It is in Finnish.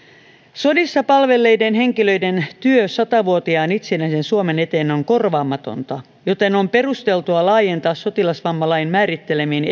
sodissa palvelleiden henkilöiden työ sata vuotiaan itsenäisen suomen eteen on korvaamatonta joten on perusteltua laajentaa sotilasvammalain määrittelemiin